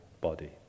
body